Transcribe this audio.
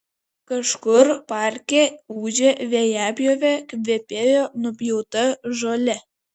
kažkur parke ūžė vejapjovė kvepėjo nupjauta žole